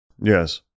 Yes